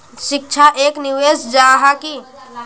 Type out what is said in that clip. शिक्षा एक निवेश जाहा की?